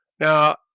Now